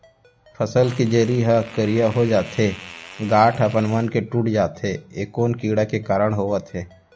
फसल के जरी ह करिया हो जाथे, गांठ ह अपनमन के टूट जाथे ए कोन कीड़ा के कारण होवत हे?